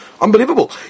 Unbelievable